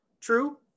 true